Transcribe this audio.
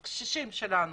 מתגוררים הקשישים שלנו